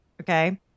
okay